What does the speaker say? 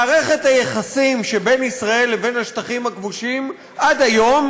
מערכת היחסים שבין ישראל לבין השטחים הכבושים עד היום